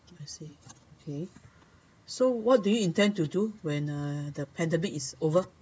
I see okay so what do you intend to do when uh the pandemic is over